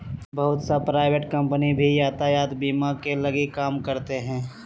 बहुत सा private company भी यातायात बीमा के लगी काम करते हइ